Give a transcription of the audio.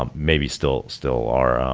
um maybe still still are,